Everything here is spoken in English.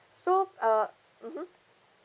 so uh mmhmm